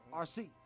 rc